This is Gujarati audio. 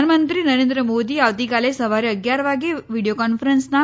પ્રધાનમંત્રી નરેન્દ્ર મોદી આવતીકાલે સવારે અગીયાર વાગે વીડીયો કોન્ફરન્સના